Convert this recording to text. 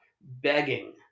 begging